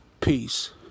Peace